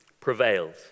prevailed